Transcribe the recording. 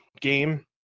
game